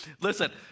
Listen